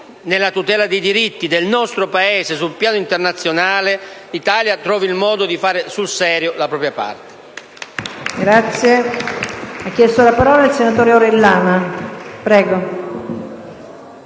nella tutela dei diritti del nostro Paese sul piano internazionale l'Italia trovi il modo di fare sul serio la propria parte.